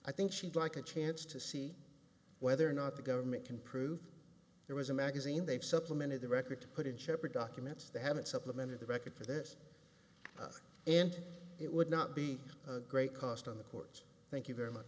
i think she'd like a chance to see whether or not the government can prove there was a magazine they've supplemented the record to put in shepherd documents they haven't supplemented the record for this and it would not be a great cost on the court thank you very much